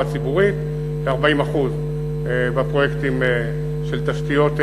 ציבורית ו-40% בפרויקטים של תשתיות רגילות.